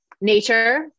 nature